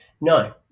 No